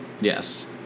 Yes